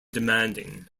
demanding